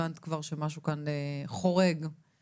הבנת כבר אז שמשהו כאן חורג מהנורמה.